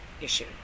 issue